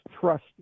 trust